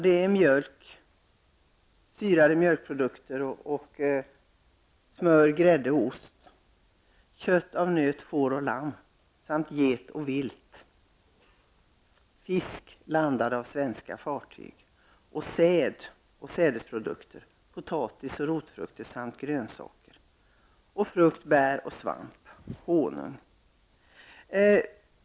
Det är mjölk, syrade mjölkprodukter, smör, grädde och ost, kött av nöt, får och lamm samt get och vilt, fisk landad av svenska fartyg, säd och sädesprodukter, potatis och rotfrukter, grönsaker, frukt, bär, svamp samt honung.